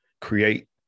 create